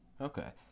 Okay